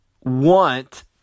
want